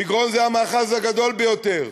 מגרון זה המאחז הגדול ביותר.